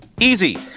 Easy